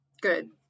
good